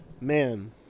Man